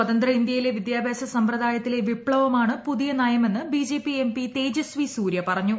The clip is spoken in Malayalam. സ്വതന്ത്ര ഇന്ത്യയിലെ വിദ്യാഭ്യാസ സമ്പ്രദായത്തിലെ വിപ്തവമാണ് പുതിയ നയമെന്ന് ബിജെപി എംപി തേജസ്വി സൂര്യ പറഞ്ഞു